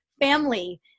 family